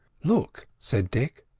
look! said dick.